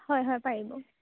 হয় হয় পাৰিব